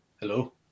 hello